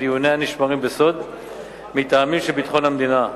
שדיוניה נשמרים בסוד מטעמים של ביטחון המדינה,